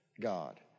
God